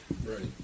Right